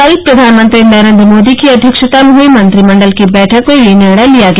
कल प्रधानमंत्री नरेन्द्र मोदी की अध्यक्षता में हई मंत्रिमंडल की बैठक में यह निर्णय लिया गया